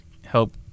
help